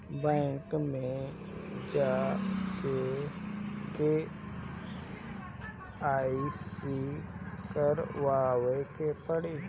Bank मे जा के के.वाइ.सी करबाबे के पड़ी?